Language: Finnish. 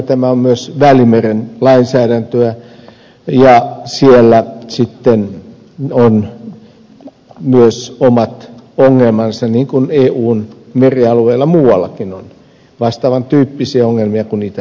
tämä on myös välimeren lainsäädäntöä ja siellä sitten on myös omat ongelmansa niin kuin eun merialueilla muuallakin on vastaavan tyyppisiä ongelmia kuin itämeren alueella